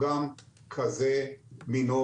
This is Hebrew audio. פרק כ"ג (יבוא),